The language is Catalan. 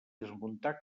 desmuntar